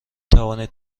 توانید